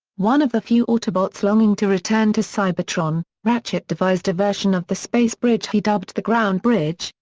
one of the few autobots longing to return to cybertron, ratchet devised a version of the space bridge he dubbed the ground bridge,